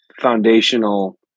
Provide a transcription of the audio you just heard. foundational